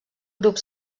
grup